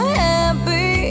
happy